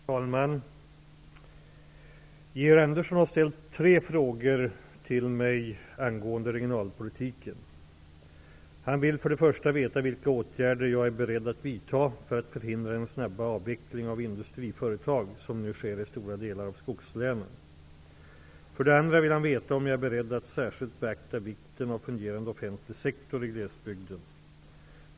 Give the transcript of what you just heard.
Herr talman! Georg Andersson har ställt tre frågor till mig angående regionalpolitiken. Han vill för det första veta vilka åtgärder jag är beredd att vidta för att förhindra den snabba avveckling av industriföretag som nu sker i stora delar av skogslänen. För det andra vill han veta om jag är beredd att särskilt beakta vikten av en fungerande offentlig sektor i glesbygden.